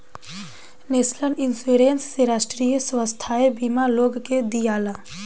national insurance से राष्ट्रीय स्वास्थ्य बीमा लोग के दियाला